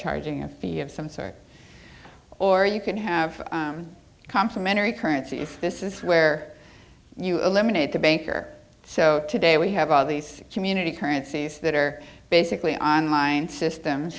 charging a fee of some sort or you could have complimentary currencies this is where you eliminate the banker so today we have all these community currencies that are basically on line systems